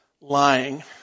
lying